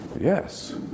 Yes